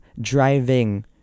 driving